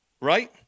Right